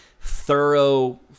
thorough